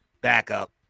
backup